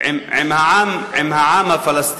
עם העם הפלסטיני,